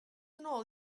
nôl